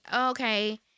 Okay